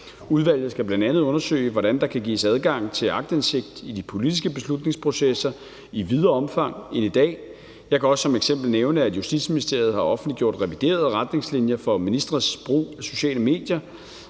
Udvalget skal bl.a. undersøge, hvordan der kan gives adgang til aktindsigt i de politiske beslutningsprocesser i videre omfang end i dag. Jeg kan også som eksempel nævne, at Justitsministeriet har offentliggjort reviderede retningslinjer for ministres brug af sociale medier,